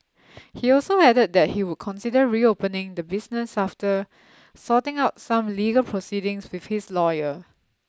he also added that he would consider reopening the business after sorting out some legal proceedings with his lawyer